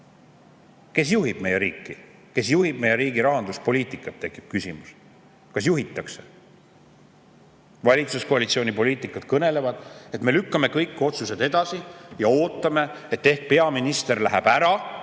Kes juhib meie riiki, kes juhib meie riigi rahanduspoliitikat, tekib küsimus. Kas juhitakse? Valitsuskoalitsiooni poliitikud kõnelevad, et me lükkame kõik otsused edasi ja ootame, et ehk peaminister läheb ära,